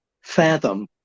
fathom